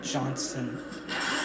Johnson